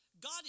God